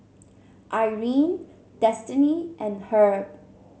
Irene Destiney and Herb